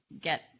get